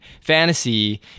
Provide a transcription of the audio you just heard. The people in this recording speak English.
fantasy